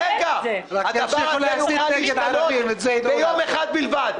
הדבר הזה יוכל להשתנות ביום אחד בלבד